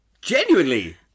genuinely